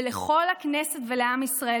ולכל הכנסת ולעם ישראל,